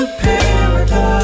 paradise